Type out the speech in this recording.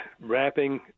wrapping